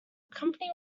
company